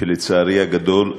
שלצערי הגדול,